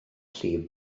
llif